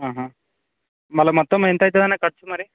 మళ్ళీ మొత్తం ఎంత అవుతుందన్నా ఖర్చు మరి